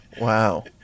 Wow